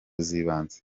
z’ibanze